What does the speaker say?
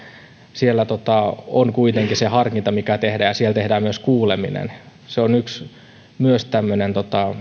siellä on kuitenkin se harkinta mikä tehdään ja siellä tehdään myös kuuleminen se on ehkä myös yksi tämmöinen